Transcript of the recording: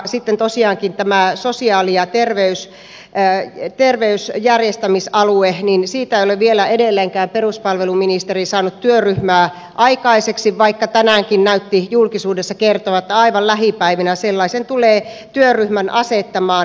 sitten tosiaankaan tästä sosiaali ja terveyspalvelujen järjestämisalueesta ei ole vielä edelleenkään peruspalveluministeri saanut työryhmää aikaiseksi vaikka tänäänkin näytti julkisuudessa kertovan että aivan lähipäivinä sellaisen työryhmän tulee asettamaan